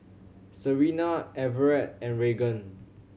Serina Everette and Raegan